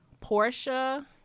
Portia